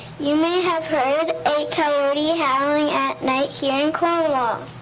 you may have heard a coyote howling at night here in cornwall.